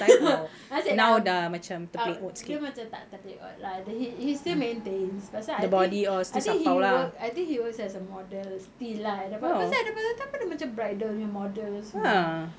nasib um dia macam tak terpleot lah dia he he still maintains pasal I think I think he work I think he works as a model still lah at that point pasal cause dia macam bridal model